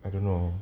I don't know